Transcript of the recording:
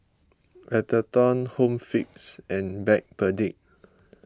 Atherton Home Fix and Backpedic